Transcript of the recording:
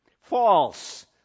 False